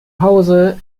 hause